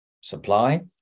supply